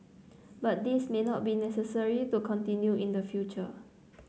but this may not necessary to continue in the future